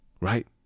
right